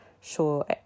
sure